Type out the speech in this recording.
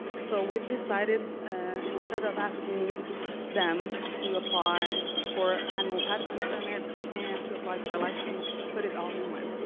so we've decided instead of asking them to apply for animal pathogen permit, and to apply for a license, to put it all in one.